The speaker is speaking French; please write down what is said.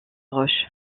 roche